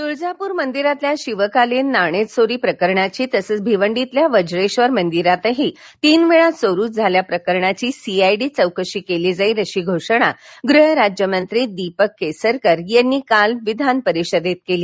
तुळजापूर मंदिरातल्या शिवकालीन नाणे चोरी प्रकरणाची तसंच भिवंडीतील वज्रेबर मंदिरातही तीन वेळा चोरी झाल्याप्रकरणाची सीआयडी चौकशी केली जाईल अशी घोषणा गृहराज्यमंत्री दीपक केसरकर यांनी काल विधानपरिषदेत दिली